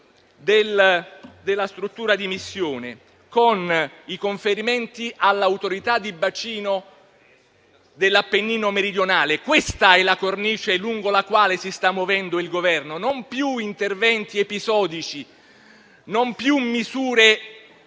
della struttura di missione, con i conferimenti all'Autorità di bacino dell'Appennino meridionale. Questa è la cornice lungo la quale si sta muovendo il Governo: non più interventi episodici, non più misure